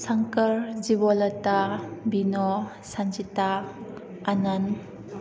ꯁꯪꯀꯔ ꯖꯤꯕꯣꯂꯥꯇꯥ ꯕꯤꯅꯣ ꯁꯟꯖꯤꯇꯥ ꯑꯥꯅꯟ